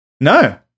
No